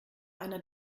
einer